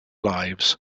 lives